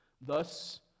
Thus